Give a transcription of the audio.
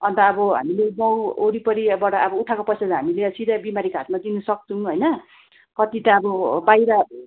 अनि त अब हामीले गाउँवरिपरिबाट अब उठाएको पैसा हामीले सिधै बिमारीको हातमा दिनुसक्छौँ होइन कति त अब बाहिर